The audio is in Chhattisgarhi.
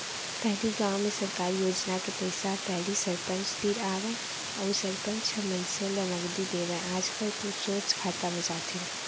पहिली गाँव में सरकार योजना के पइसा ह पहिली सरपंच तीर आवय अउ सरपंच ह मनसे ल नगदी देवय आजकल तो सोझ खाता म जाथे